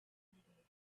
already